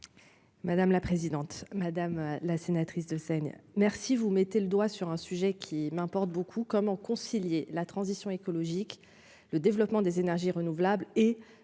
Madame la présidente, madame la sénatrice de Seine merci, vous mettez le doigt sur un sujet qui m'importe beaucoup, comment concilier la transition écologique, le développement des énergies renouvelables et